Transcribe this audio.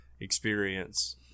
experience